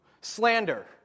Slander